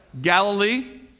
Galilee